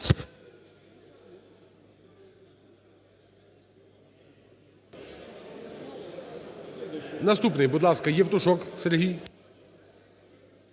Наступний, будь ласка, Євтушок Сергій.